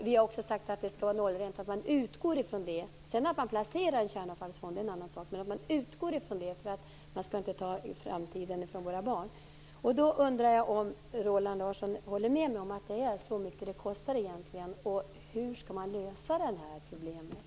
Vi har också sagt att man skall utgå från en nollränta. Att man placerar i en kärnavfallsfond är en annan sak. Men man skall utgå från detta, eftersom vi inte skall ta framtiden från våra barn. Jag undrar om Roland Larsson håller med mig om att det egentligen kostar så här mycket. Och jag undrar hur man skall lösa det här problemet.